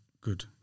good